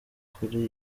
kuri